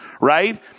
right